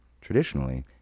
Traditionally